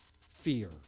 fear